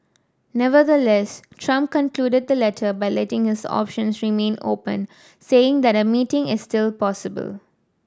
Nevertheless Trump concluded the letter by letting his options remain open saying that a meeting is still possible